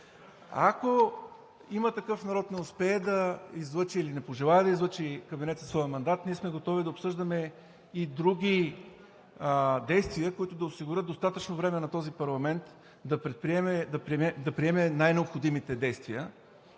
Ако „Има такъв народ“ не успее да излъчи или не пожелае да излъчи кабинет със своя мандат, ние сме готови да обсъждаме и други действия, които да осигурят достатъчно време на този парламент да предприеме най-необходимите действия